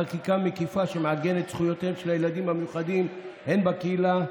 חקיקה מקיפה שמעגנת את זכויותיהם של הילדים המיוחדים הן בקהילה,